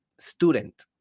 student